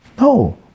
No